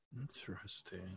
Interesting